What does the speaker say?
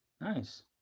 Nice